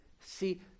See